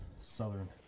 Southern